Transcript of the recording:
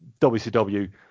wcw